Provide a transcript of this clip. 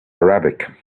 arabic